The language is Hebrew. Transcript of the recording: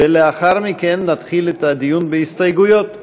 ולאחר מכן נתחיל את הדיון בהסתייגויות.